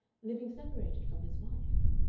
living separated from his wife.